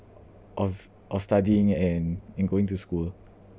of of studying and and going to school